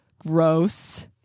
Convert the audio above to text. Gross